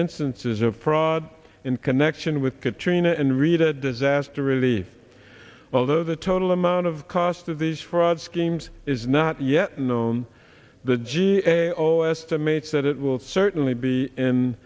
instances of fraud in connection with katrina and rita disaster relief although the total amount of cost of these fraud schemes is not yet known the g a o estimates that it will certainly be in